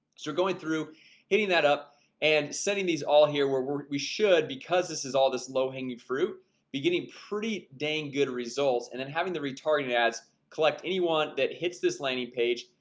so going through hitting that up and setting these all here where where we should because this is all this low-hanging fruit beginning pretty dang good results and then having the retargeting ads collect anyone that hits this landing page,